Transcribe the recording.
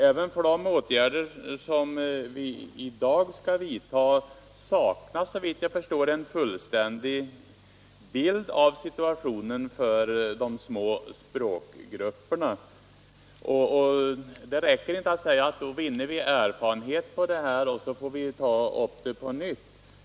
Även när det gäller de åtgärder som vi i dag skall fatta beslut om saknas, såvitt jag förstår, en fullständig bild av situationen för de små språkgrupperna. Det räcker då inte att säga att vi genom de åtgärder vi nu vidtar kommer att vinna erfarenheter och sedan får ta upp frågan på nytt.